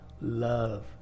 love